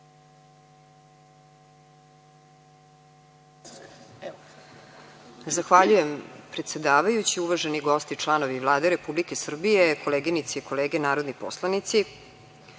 Zahvaljujem predsedavajući, uvaženi gosti i članovi Vlade Republike Srbije, koleginice i kolege narodni poslanici,